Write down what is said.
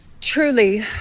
Truly